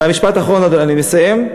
והמשפט האחרון, אני מסיים,